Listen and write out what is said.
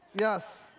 yes